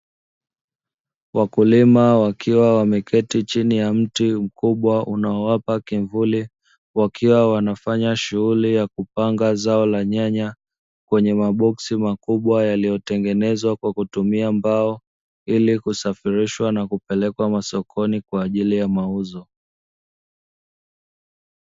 Wakulima wakiwa wameketi chini ya mti mkubwa unaowapa kivuli wakiwa wanafanya shughuli ya kupanga zao la nyanya kwenye maboksi makubwa yaliyotengenezwa kwa kutumia mbao ili kusafirishwa na kupelekwa masokoni kwa ajili ya mauzo.